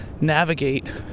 navigate